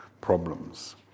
problems